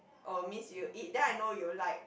oh means you eat then I know you like